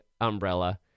umbrella